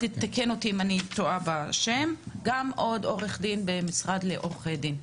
גם עוד עו"ד במשרד לעורכי דין,